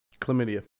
Chlamydia